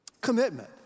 Commitment